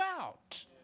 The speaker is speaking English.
out